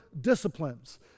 disciplines